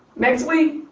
next week,